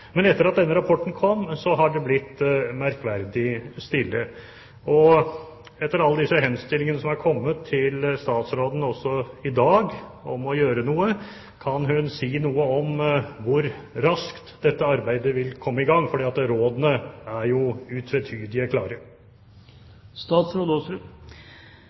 Men etter at denne rapporten kom, har det blitt merkverdig stille. Etter alle disse henstillingene som er kommet til statsråden også i dag om å gjøre noe: Kan hun si noe om hvor raskt dette arbeidet vil komme i gang, for rådene er